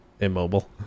immobile